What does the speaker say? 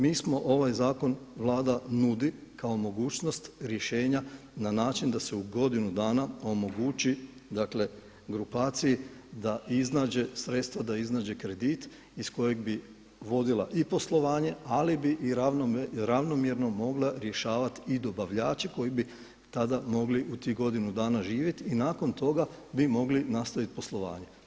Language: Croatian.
Mi smo ovaj zakon, Vlada nudi kao mogućnost rješenja na način da se u godinu dana omogući grupaciji da iznađe sredstva, da iznađe kredit iz kojeg bi vodila i poslovanje, ali bi i ravnomjerno mogla rješavati i dobavljače koji bi tada mogli u tih godinu dana živjeti i nakon toga bi mogli nastaviti poslovanje.